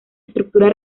estructura